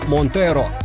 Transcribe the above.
Montero